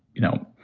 you know,